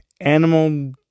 Animal